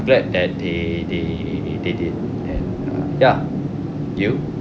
glad that they they they did and uh ya you